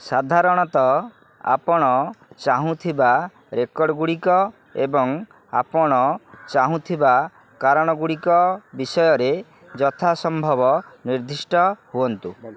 ସାଧାରଣତଃ ଆପଣ ଚାହୁଁଥିବା ରେକର୍ଡ଼ଗୁଡ଼ିକ ଏବଂ ଆପଣ ଚାହୁଁଥିବା କାରଣଗୁଡ଼ିକ ବିଷୟରେ ଯଥା ସମ୍ଭବ ନିର୍ଦ୍ଦିଷ୍ଟ ହୁଅନ୍ତୁ